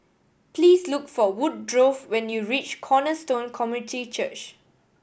please look for Woodrow when you reach Cornerstone Community Church